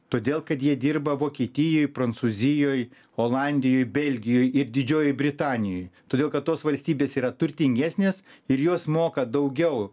todėl kad jie dirba vokietijoj prancūzijoj olandijoj belgijoj ir didžiojoj britanijoj todėl kad tos valstybės yra turtingesnės ir jos moka daugiau